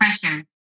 pressure